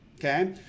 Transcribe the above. okay